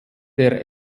der